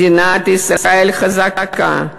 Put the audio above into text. מדינת ישראל חזקה,